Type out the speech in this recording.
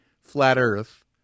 flat-earth